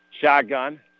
Shotgun